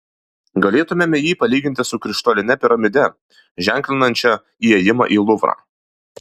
galėtumėme jį palyginti su krištoline piramide ženklinančia įėjimą į luvrą